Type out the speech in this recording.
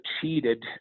cheated